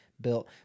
built